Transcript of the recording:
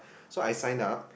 so I signed up